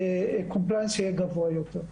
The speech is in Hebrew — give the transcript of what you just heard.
יהיה גבוה יותר.